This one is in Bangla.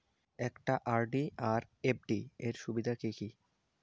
একটা আর.ডি আর এফ.ডি এর সুবিধা কি কি?